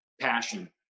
passion